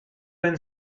and